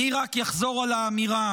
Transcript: אני רק אחזור על האמירה,